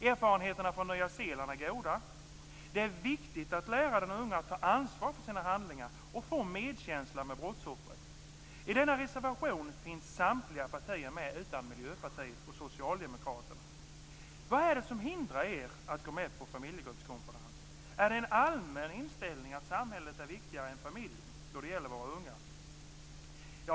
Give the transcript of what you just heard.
Erfarenheterna från Nya Zeeland är goda. Det är viktigt att lära de unga att ta ansvar för sina handlingar och få medkänsla för brottsoffret. I denna reservation finns samtliga partier med utom Miljöpartiet och Socialdemokraterna. Vad är det som hindrar er att gå med på familjegruppskonferens? Är det en allmän inställning att samhället är viktigare än familjen då det gäller våra unga?